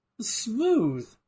Smooth